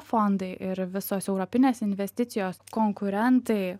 fondai ir visos europinės investicijos konkurentai